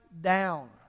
down